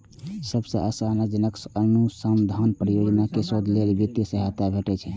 सबसं आशाजनक अनुसंधान परियोजना कें शोध लेल वित्तीय सहायता भेटै छै